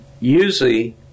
usually